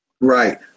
Right